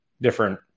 Different